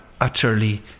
utterly